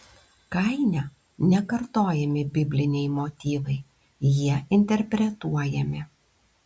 kaine nekartojami bibliniai motyvai jie interpretuojami